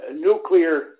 nuclear